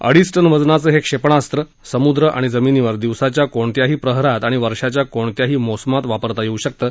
अडीच ज वजनाचं हे क्षेपणास्व समुद्र आणि जमिनीवर दिवसाच्या कोणत्याही प्रहरात आणि वर्षाच्या कोणत्याही मोसमात वापरता येऊ शकतं